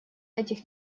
этих